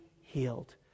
healed